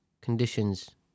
conditions